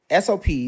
SOPs